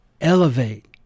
elevate